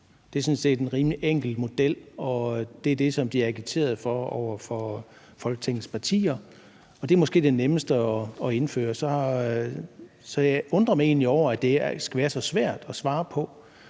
Det er sådan set en rimelig enkel model, og det er det, som de agiterede for over for Folketingets partier, og det er måske det nemmeste at indføre. Så jeg undrer mig egentlig over, at det skal være så svært at svare på.